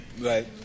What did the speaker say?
Right